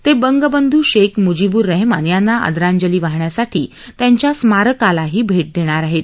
त बंगबंधू शख मूजीबूर रहमान यांना आदरांजली वाहण्यासाठी त्यांच्या स्मारकालाही भठ दणार आहप्त